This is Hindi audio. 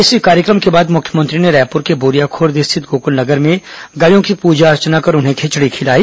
इस कार्य क्र म के बाद मुख्यमंत्री ने रायपुर के बोरियाख़र्द स्थित गोक़ुलनगर में गायों की प्रजा अर्चना कर उन्हें खिचड़ी खिलाई